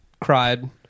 cried